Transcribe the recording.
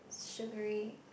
sugary